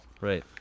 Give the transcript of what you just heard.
Right